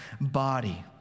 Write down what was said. body